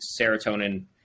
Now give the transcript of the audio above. serotonin